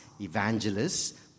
evangelists